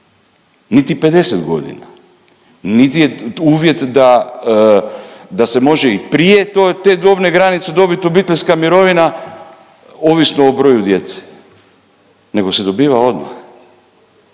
niti 50.g., niti je uvjet da, da se može i prije te dobne granice dobit obiteljska mirovina ovisno o broju djece, nego se dobiva odmah,